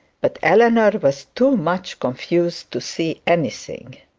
but eleanor was too much confused to see anything.